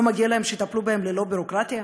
לא מגיע להם שיטפלו ללא ביורוקרטיה?